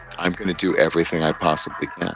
i'm going to do everything i possibly can ah